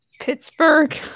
Pittsburgh